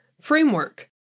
framework